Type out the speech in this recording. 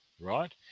right